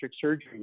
surgery